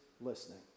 listening